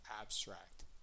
abstract